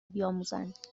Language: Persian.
بیاموزند